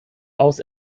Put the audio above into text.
aus